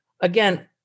Again